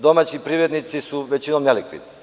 Domaći privrednici su većinom nelikvidni.